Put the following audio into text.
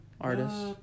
Artists